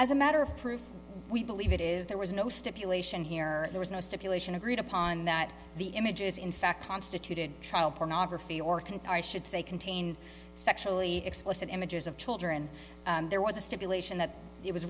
as a matter of proof we believe it is there was no stipulation here there was no stipulation agreed upon that the images in fact constituted child pornography or can i should say contain sexually explicit images of children and there was a stipulation that it was